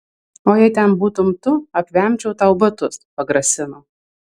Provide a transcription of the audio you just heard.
o jei ten būtum tu apvemčiau tau batus pagrasino